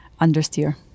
understeer